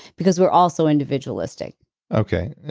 because we're also individualistic okay.